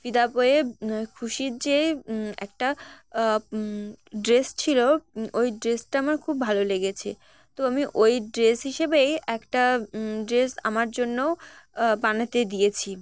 ফিদা বইয়ে খুশির যেই একটা ড্রেস ছিল ওই ড্রেসটা আমার খুব ভালো লেগেছে তো আমি ওই ড্রেস হিসেবেই একটা ড্রেস আমার জন্যও বানাতে দিয়েছি